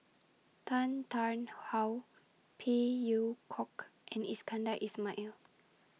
Tan Tarn How Phey Yew Kok and Iskandar Ismail